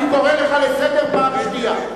אני קורא אותך לסדר פעם ראשונה.